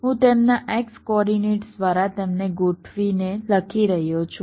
હું તેમના x coordinates દ્વારા તેમને ગોઠવીને લખી રહ્યો છું